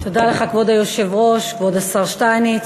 לכולם, בשם שר הביטחון, השר יובל שטייניץ.